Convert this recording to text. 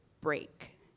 break